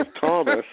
Thomas